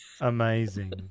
amazing